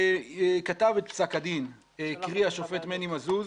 שכתב את פסק הדין, קרי השופט מני מזוז,